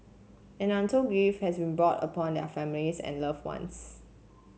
and untold grief has been brought upon their families and loved ones